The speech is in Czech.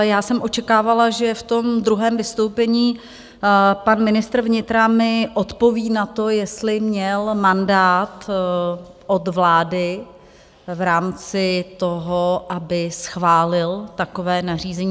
Já jsem očekávala, že v tom druhém vystoupení pan ministr vnitra mi odpoví na to, jestli měl mandát od vlády v rámci toho, aby schválil takové nařízení.